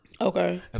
Okay